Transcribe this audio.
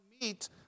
meet